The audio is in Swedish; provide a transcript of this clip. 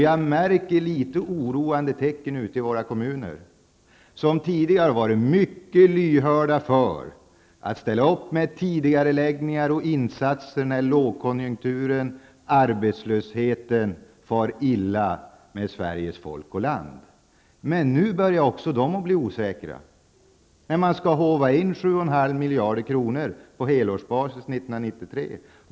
Jag märker litet oroande tecken ute i våra kommuner, som tidigare har varit mycket lyhörda för att ställa upp med tidigareläggningar och insatser när lågkonjunktur och arbetslöshet far illa med Sveriges folk och land. Men nu börjar också de att bli osäkra när det skall håvas in 7,5 miljarder på helårsbasis 1993.